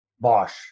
Bosch